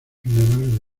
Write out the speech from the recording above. generales